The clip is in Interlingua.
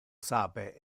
sape